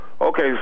Okay